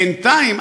בינתיים,